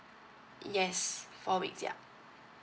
yes four weeks yup